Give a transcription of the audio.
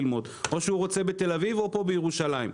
או בתל אביב או פה בירושלים,